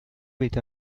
with